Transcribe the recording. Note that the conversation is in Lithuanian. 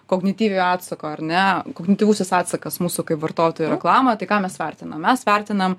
kognityviojo atsako ar ne kognityvusis atsakas mūsų kaip vartotojų reklamoje tai ką mes vertinam mes vertinam